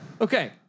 Okay